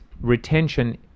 retention